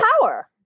power